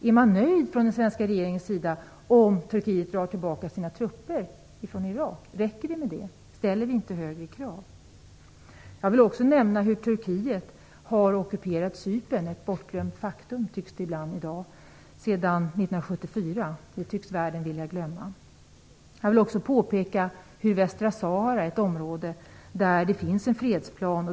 Är den svenska regeringen nöjd, om Turkiet drar tillbaka sina trupper från Irak? Räcker det med det? Ställer vi inte högre krav? Jag vill också nämna att Turkiet har ockuperat Cypern, vilket ibland tycks vara ett bortglömt faktum. Det skedde 1974. Detta tycks världen vilja glömma. Jag vill också nämna Västra Sahara som är ett område där det finns en fredsplan.